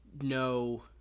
no